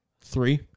Three